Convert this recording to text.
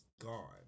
gone